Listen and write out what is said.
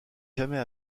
jamais